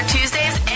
Tuesdays